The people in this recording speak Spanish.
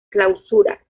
clausura